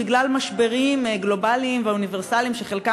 בגלל משברים גלובליים ואוניברסליים שחלקם,